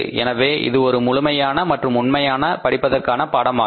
எனவே இது ஒரு முழுமையான மற்றும் உண்மையான படிப்பதற்கான பாடமாகும்